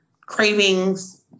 cravings